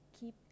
Keep